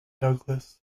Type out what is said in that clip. douglas